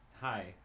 Hi